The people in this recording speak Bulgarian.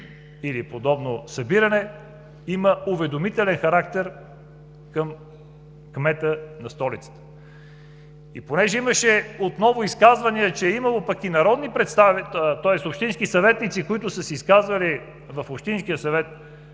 или подобно събиране, е с уведомителен характер – към кмета на столицата. И понеже имаше отново изказвания, че е имало и общински съветници, които са се изказвали в Общинския съвет,